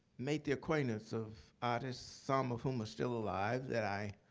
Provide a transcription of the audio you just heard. made the acquaintance of artists, some of whom are still alive, that i